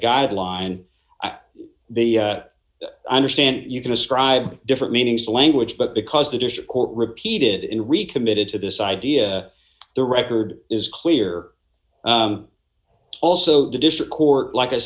guideline that they understand you can ascribe different meanings to language but because the district court repeated in recommitted to this idea the record is clear also the district court like i